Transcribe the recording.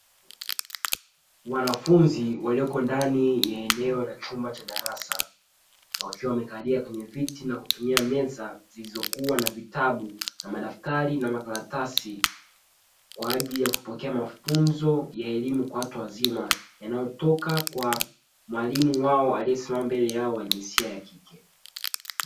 Wanafunzi walioko ndani ya eneo la chumba cha darasa wakiwa wamekalia kwenye vitu na kutumia meza zilizokuwa na: vitabu, madaftari na makaratasi kwa ajili ya kupokea mafunzo ya elimu kwa watu wazima, yanatoka kwa mwalimu wao aliyesimama mbele yao wa jinsia ya kike.